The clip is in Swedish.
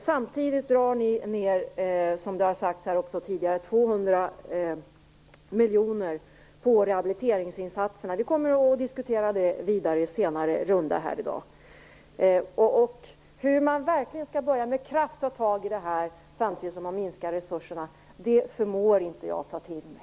Samtidigt vill ni dra ned 200 miljoner kronor på rehabiliteringsinsatserna, något som vi kommer att diskutera senare i dag. Hur man med kraft skall kunna tag i detta samtidigt som man minskar resurserna, det förmår jag inte att ta till mig.